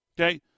okay